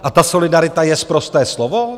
A ta solidarita je sprosté slovo?